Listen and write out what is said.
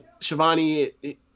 Shivani